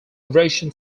erosion